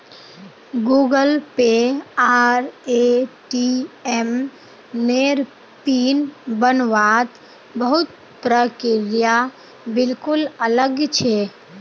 Google Pay आर ATM नेर PIN बन वात बहुत प्रक्रिया बिल्कुल अलग छे